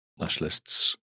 nationalists